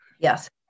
yes